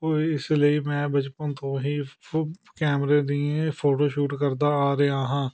ਕੋਈ ਇਸ ਲਈ ਮੈਂ ਬਚਪਨ ਤੋਂ ਹੀ ਫੋ ਕੈਮਰੇ ਦੀ ਫੋਟੋ ਸ਼ੂਟ ਕਰਦਾ ਆ ਰਿਹਾ ਹਾਂ